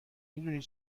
میدونی